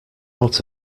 out